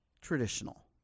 traditional